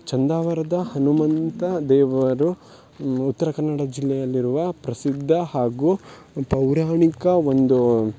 ಚಂದಾವರದ ಹನುಮಂತ ದೇವರು ಉತ್ತರ ಕನ್ನಡ ಜಿಲ್ಲೆಯಲ್ಲಿರುವ ಪ್ರಸಿದ್ಧ ಹಾಗೂ ಪೌರಾಣಿಕ ಒಂದು